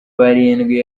barindwi